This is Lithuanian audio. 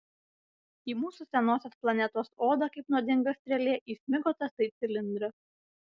į mūsų senosios planetos odą kaip nuodinga strėlė įsmigo tasai cilindras